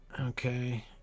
Okay